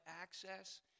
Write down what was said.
access